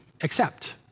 accept